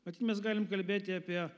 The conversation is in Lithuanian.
matyt mes galim kalbėti apie